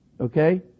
Okay